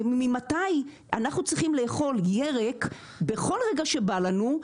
ממתי אנחנו צריכים לאכול ירק בכל רגע שבא לנו,